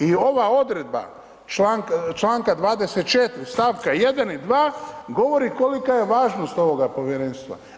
I ova odredba članka 24. stavka 1. i 2. govori kolika je važnost ovoga povjerenstva.